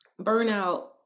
burnout